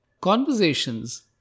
Conversations